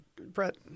Brett